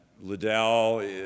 Liddell